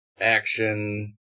Action